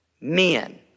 men